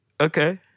Okay